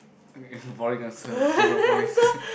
boring answer zero points